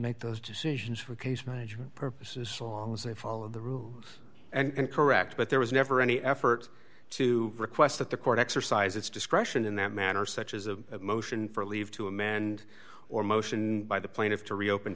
make those decisions for case management purposes so long as they follow the rules and correct but there was never any effort to request that the court exercise its discretion in that matter such as a motion for leave to a man and or motion by the plaintiff to reopen